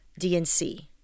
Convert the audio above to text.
DNC